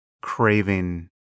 craving